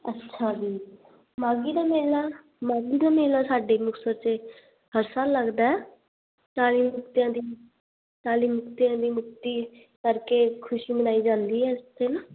ਅੱਛਾ ਜੀ ਮਾਘੀ ਦਾ ਮੇਲਾ ਮਾਘੀ ਦਾ ਮੇਲਾ ਸਾਡੇ ਮੁਕਤਸਰ 'ਚ ਹਰ ਸਾਲ ਲੱਗਦਾ ਚਾਲੀ ਮੁਕਤਿਆਂ ਦੀ ਚਾਲੀ ਮੁਕਤਿਆਂ ਦੀ ਮੁਕਤੀ ਕਰਕੇ ਖੁਸ਼ੀ ਮਨਾਈ ਜਾਂਦੀ ਹੈ ਇਸ ਦਿਨ